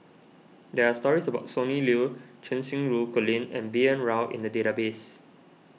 there are stories about Sonny Liew Cheng Xinru Colin and B N Rao in the database